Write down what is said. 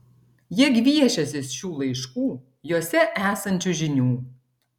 jie gviešiasi šių laiškų juose esančių žinių